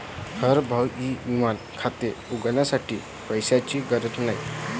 अरे भाऊ ई विमा खाते उघडण्यासाठी पैशांची गरज नाही